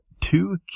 two